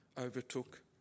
overtook